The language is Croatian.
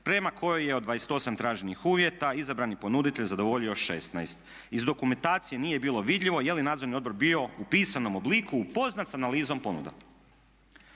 prema kojoj je od 28 traženih uvjeta izabrani ponuditelj zadovoljio 16. Iz dokumentacije nije bilo vidljivo je li nadzorni odbor bio u pisanom obliku upoznat sa analizom ponuda.